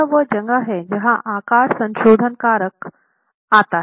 तो यह वह जगह है जहाँ आकार संशोधन कारक आता है